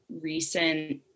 recent